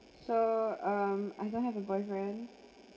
so um I don't have a boyfriend